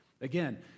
Again